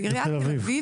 בתל אביב.